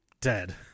dead